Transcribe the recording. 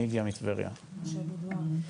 משה בודואן,